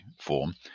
form